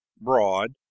broad